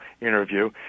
interview